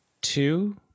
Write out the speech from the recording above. two